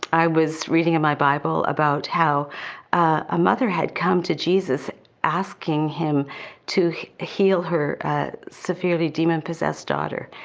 i was reading in my bible about how a mother had come to jesus asking him to heal her severely demon possessed daughter.